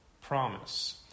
promise